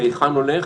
להיכן הולך,